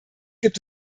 gibt